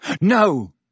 No